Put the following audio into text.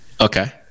Okay